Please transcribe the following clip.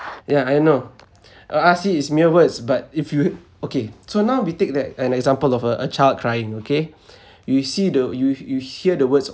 yeah I know uh I see is mere words but if you okay so now we take that an example of a a child crying okay you see do you you hear the words